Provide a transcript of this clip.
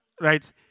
right